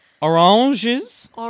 oranges